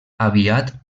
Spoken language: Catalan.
aviat